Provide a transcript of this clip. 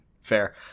Fair